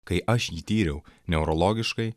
kai aš jį tyriau neurologiškai